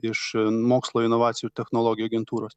iš mokslo inovacijų technologijų agentūros